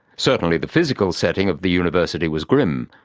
certainly the physical setting of the university was grim.